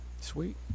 sweet